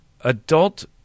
adult –